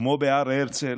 כמו בהר הרצל,